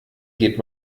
geht